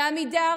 עמידר